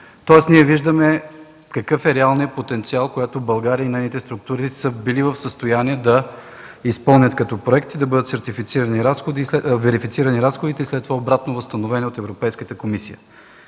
Тоест ние виждаме какъв е реалният потенциал, който България и нейните структури са били в състояние да изпълнят като проекти, да бъдат верифицирани разходите, след това обратно възстановени от Европейската комисия.